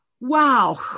Wow